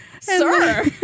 Sir